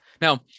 Now